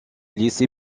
lycée